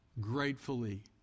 gratefully